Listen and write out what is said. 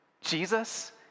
Jesus